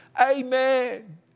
Amen